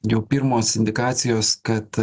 jau pirmos indikacijos kad